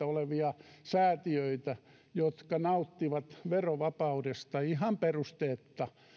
olevia säätiöitä jotka nauttivat verovapaudesta ihan perusteetta